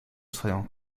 swoją